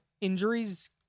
injuries